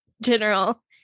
general